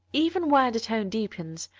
even where the tone deepens,